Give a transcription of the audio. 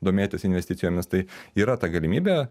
domėtis investicijomis tai yra ta galimybė